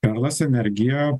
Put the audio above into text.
perlas energija